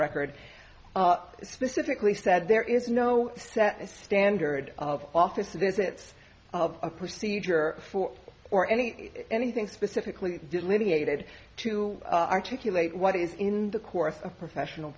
record specifically said there is no set standard of office visits a procedure for or any anything specifically delineated to articulate what is in the course of professional